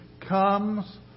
comes